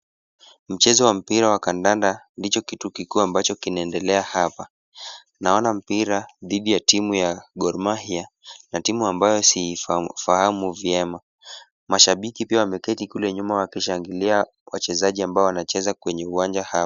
Mchezo wa mpira wa kandanda ndicho kitu kikuu ambacho kinaendelea hapa. Naona mpira dhidi ya timu ya Gor Mahia na timu ambayo siifahamu vyema. Mashabiki pia wameketi kule nyuma wakishangilia wachezaji ambao wanacheza kwenye uwanja hapa.